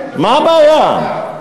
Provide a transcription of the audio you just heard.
מה הבעיה?